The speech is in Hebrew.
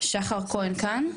שחר כהן כאן?